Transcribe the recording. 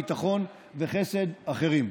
ביטחון וחסד אחרים.